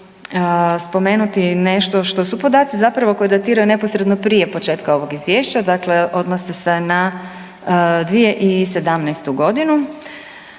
ukratko ću spomenuti nešto što su podaci zapravo koji datiraju neposredno prije početka ovog Izvješća dakle, odnose se na 2017. godinu.